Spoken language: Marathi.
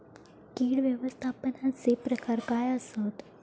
कीड व्यवस्थापनाचे प्रकार काय आसत?